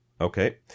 Okay